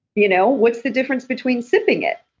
you know? what's the difference between sipping it?